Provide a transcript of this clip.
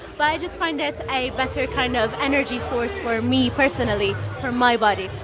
but i just find it a better kind of energy source for me personally for my body.